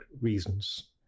reasons